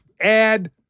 add